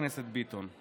הכנסת ביטון?